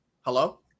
Hello